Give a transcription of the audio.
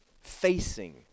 Facing